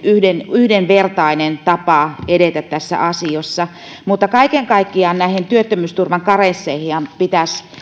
yhdenvertainen tapa edetä tässä asiassa kaiken kaikkiaan näihin työttömyysturvan karensseihinhan